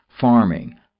farming